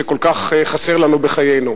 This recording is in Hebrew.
שכל כך חסר לנו בחיינו.